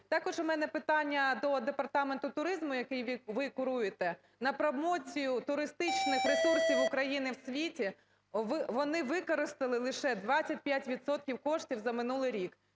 Також у мене питання до Департаменту туризму, який ви куруєте. На промоцію туристичних ресурсів України в світі вони використали лише 25 відсотків коштів за минулий рік.